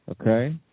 okay